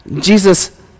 Jesus